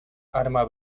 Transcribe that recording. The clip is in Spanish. arma